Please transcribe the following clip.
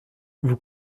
vous